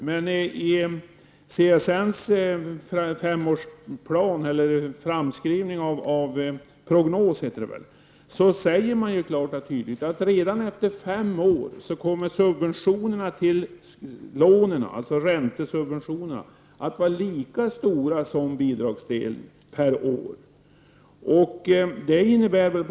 Men i CSN:s femårsprognos säger man klart och tydligt att subventionerna till lånen, dvs. räntesubventionerna, efter 5 år skall per år vara lika stora som bidragsdelen.